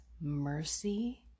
mercy